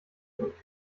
und